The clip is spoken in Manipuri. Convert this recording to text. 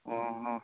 ꯑꯣ ꯑꯣ